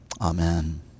Amen